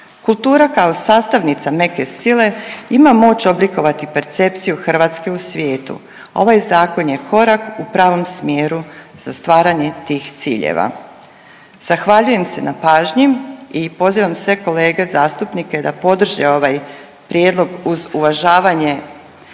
Kultura kao sastavnica neke sile ima moć oblikovati percepciju Hrvatske u svijetu. Ovaj zakon je korak u pravom smjeru za stvaranje tih ciljeva. Zahvaljujem se na pažnji i pozivam sve kolege zastupnike da podrže ovaj prijedlog uz uvažavanje